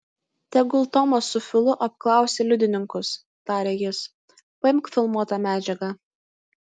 tegul tomas su filu apklausia liudininkus tarė jis paimk filmuotą medžiagą